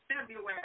February